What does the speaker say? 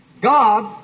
God